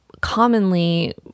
commonly